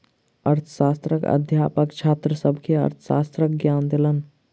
अर्थशास्त्रक अध्यापक छात्र सभ के अर्थशास्त्रक ज्ञान देलैन